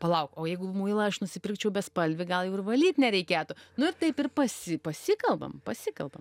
palauk o jeigu muilą aš nusipirkčiau bespalvį gal jau ir valyt nereikėtų nu ir taip ir pasi pasikalbam pasikalbam